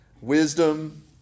Wisdom